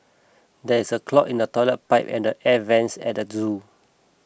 there is a clog in the Toilet Pipe and the Air Vents at the zoo